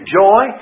joy